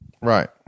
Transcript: Right